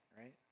right